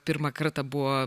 pirmą kartą buvo